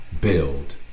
build